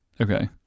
Okay